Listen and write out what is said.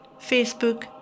Facebook